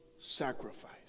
sacrifice